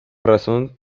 razón